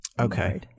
Okay